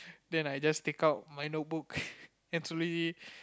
then I just take out my notebook and slowly